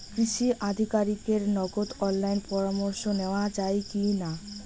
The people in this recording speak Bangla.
কৃষি আধিকারিকের নগদ অনলাইন পরামর্শ নেওয়া যায় কি না?